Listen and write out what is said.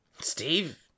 Steve